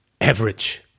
average